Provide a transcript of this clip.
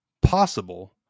possible